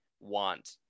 want